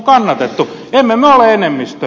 emme me ole enemmistö